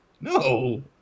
No